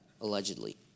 allegedly